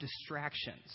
distractions